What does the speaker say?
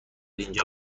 اینجا